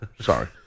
Sorry